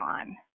on